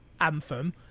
Anthem